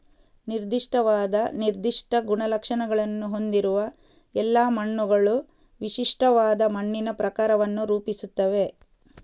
ನಿರ್ದಿಷ್ಟವಾದ ನಿರ್ದಿಷ್ಟ ಗುಣಲಕ್ಷಣಗಳನ್ನು ಹೊಂದಿರುವ ಎಲ್ಲಾ ಮಣ್ಣುಗಳು ವಿಶಿಷ್ಟವಾದ ಮಣ್ಣಿನ ಪ್ರಕಾರವನ್ನು ರೂಪಿಸುತ್ತವೆ